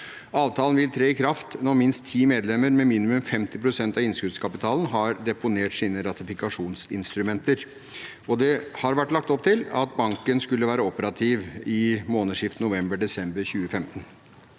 Avtalen vil tre i kraft når minst ti medlemmer med minimum 50 pst. av innskuddskapitalen har deponert sine ratifikasjonsinstrumenter. Det har vært lagt opp til at banken skulle være operativ i månedsskiftet november/desember 2015.